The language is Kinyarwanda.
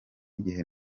igihe